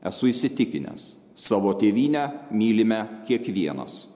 esu įsitikinęs savo tėvynę mylime kiekvienas